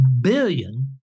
billion